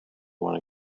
wanna